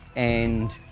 and